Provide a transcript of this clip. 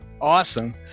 Awesome